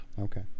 okay